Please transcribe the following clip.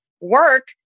work